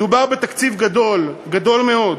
מדובר בתקציב גדול, גדול מאוד,